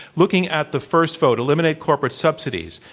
looking at the first vote, eliminate corporate subsidies,